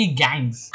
gangs